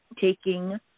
taking